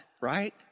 right